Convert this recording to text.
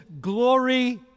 glory